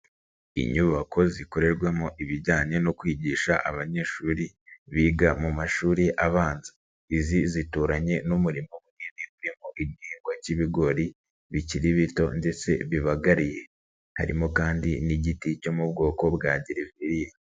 Inyubako zikorerwamo ibijyanye no kwigisha abanyeshuri biga mu mashuri abanza, izi zituranye n'umurima munini urimo igihingwa k'ibigori bikiri bito ndetse bibagariye, harimo kandi n'igiti cyo mu bwoko bwa Gereveriya.